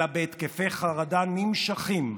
אלא בהתקפי חרדה נמשכים,